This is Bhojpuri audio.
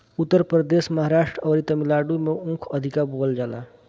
उत्तर प्रदेश, महाराष्ट्र अउरी तमिलनाडु में ऊख अधिका बोअल जाला